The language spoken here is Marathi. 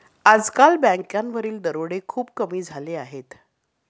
आजकाल बँकांवरील दरोडे खूप कमी झाले आहेत